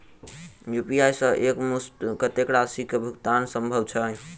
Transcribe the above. UPI सऽ एक मुस्त कत्तेक राशि कऽ भुगतान सम्भव छई?